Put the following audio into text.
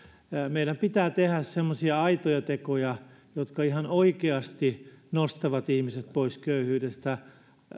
meidän pitää tehdä semmoisia aitoja tekoja jotka ihan oikeasti nostavat ihmiset pois köyhyydestä